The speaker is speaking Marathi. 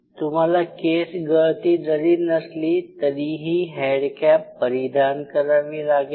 तुम्हाला केस गळती जरी नसली तरीही हेड कॅप परिधान करावी लागेल